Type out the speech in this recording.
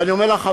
ואני אומר לך,